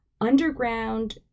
underground